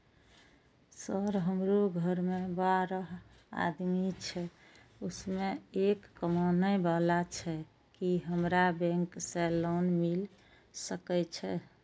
Sir हमरो घर में बारह आदमी छे उसमें एक कमाने वाला छे की हमरा बैंक से लोन मिल सके छे?